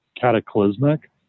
cataclysmic